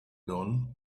dawn